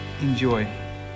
Enjoy